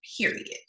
period